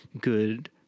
good